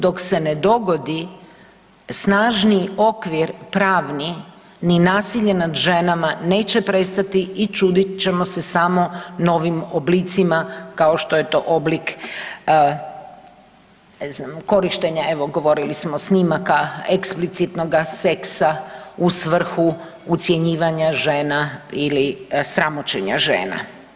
Dok se ne dogodi snažniji okvir pravni, ni nasilje nad ženama neće prestati i čudit ćemo se samo novim oblicima, kao što je to oblik, ne znam, korištenja, evo, govorili smo snimaka eksplicitnoga seksa u svrhu ucjenjivanja žena ili sramoćenja žena.